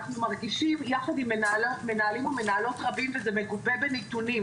אנחנו מרגישים יחד עם מנהלים ומנהלות רבים וזה מגובה בנתונים